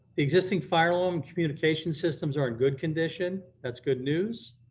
existing fire alarm communication systems are in good condition, that's good news.